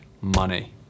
money